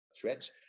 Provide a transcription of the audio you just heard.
threat